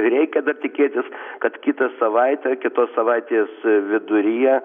reikia dar tikėtis kad kitą savaitę kitos savaitės viduryje